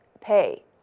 pay